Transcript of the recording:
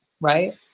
Right